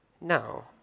No